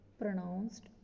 pronounced